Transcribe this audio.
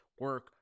Work